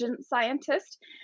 scientist